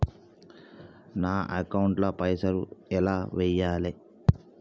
నా అకౌంట్ ల పైసల్ ఎలా వేయాలి?